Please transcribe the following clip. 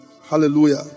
Hallelujah